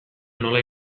nola